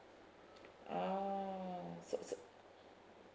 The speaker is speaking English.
oh so so